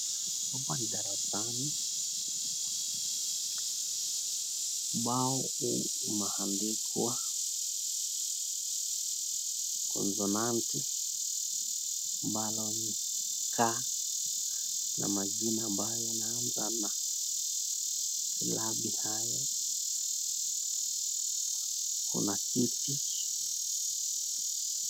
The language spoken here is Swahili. Hapa ni darasani. Ubao huu umeandikwa konsonati ambalo ni K na majina ambayo yanaaza na silabi haya, kuna kiti.